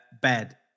bad